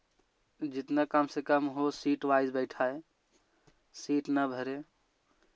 जितना कम से कम हो सीट वाइस बैठाएँ है सीट ना भरे